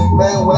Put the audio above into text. man